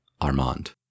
Armand